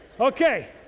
Okay